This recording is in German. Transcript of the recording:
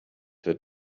wird